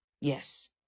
Yes